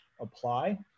apply